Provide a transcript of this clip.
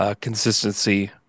consistency